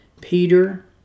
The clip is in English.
Peter